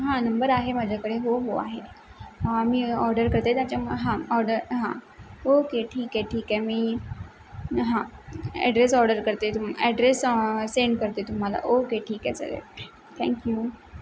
हां नंबर आहे माझ्याकडे हो हो आहे मी ऑर्डर करते त्याच्यामुळे हा ऑर्डर हा ओके ठीके ठीके मी हां ॲड्रेस ऑर्डर करते तुम ॲड्रेस सेंड करते तुम्हाला ओके ठीके चालेल थँक्यू